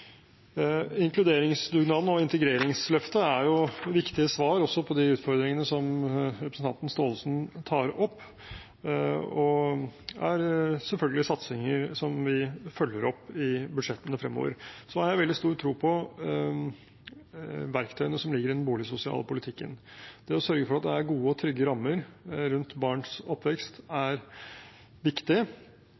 Inkluderingsdugnaden og Integreringsløftet er også viktige svar på de utfordringene som representanten Staalesen tar opp. Det er selvfølgelig satsinger som vi følger opp i budsjettene fremover. Jeg har veldig stor tro på verktøyene som ligger i den boligsosiale politikken. Det å sørge for at det er gode og trygge rammer rundt barns oppvekst,